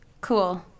Cool